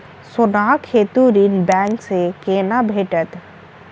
सोनाक हेतु ऋण बैंक सँ केना भेटत?